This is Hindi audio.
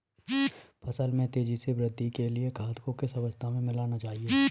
फसल में तेज़ी से वृद्धि के लिए खाद को किस अवस्था में मिलाना चाहिए?